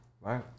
Right